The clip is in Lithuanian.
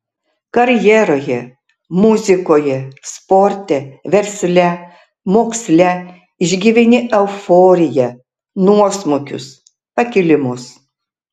karjeroje muzikoje sporte versle moksle išgyveni euforiją nuosmukius pakilimus